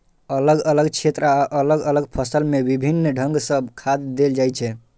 अलग अलग क्षेत्र आ अलग अलग फसल मे विभिन्न ढंग सं खाद देल जाइ छै